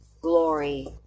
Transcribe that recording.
glory